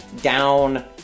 down